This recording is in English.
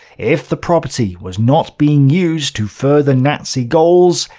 if the property was not being used to further nazi goals,